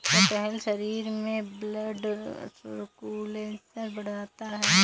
कटहल शरीर में ब्लड सर्कुलेशन बढ़ाता है